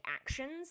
actions